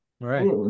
Right